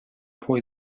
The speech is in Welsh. pwy